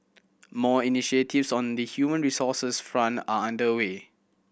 more initiatives on the human resources front are under way